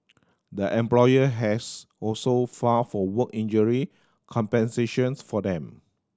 the employer has also filed for work injury compensations for them